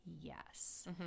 yes